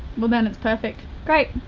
well, then, it's perfect. great,